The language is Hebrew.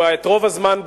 וחברת הכנסת תירוש, כמובן.